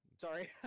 Sorry